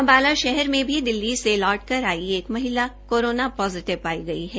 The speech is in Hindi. अम्बाला शहर मे भी दिल्ली से लौटकर आई एक महिला भी कोरोना पोजिटिव पाई गई है